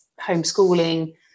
homeschooling